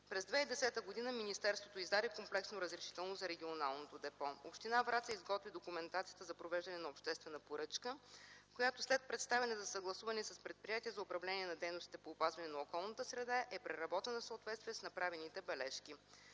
През 2010 г. министерството издаде комплексно разрешително за регионалното депо. Община Враца изготви документацията за провеждане на обществена поръчка, която след представяне за съгласуване с Предприятието за управление на дейностите по опазване на околната среда е преработена в съответствие с направените бележки.